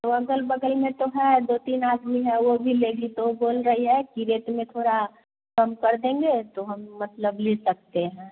तो अग़ल बग़ल में तो है दो तीन आदमी हैं वो भी लेंगे तो वो बोल रहे हैं कि रेट में थोड़ा कम कर देंगे तो हम मतलब ले सकते हैं